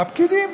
הפקידים.